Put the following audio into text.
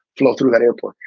flow through that airport.